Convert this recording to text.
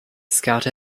scout